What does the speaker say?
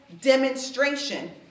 demonstration